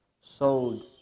sold